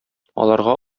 аларга